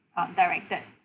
um directed